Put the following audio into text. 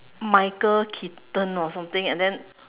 Michael-Keaton or something and then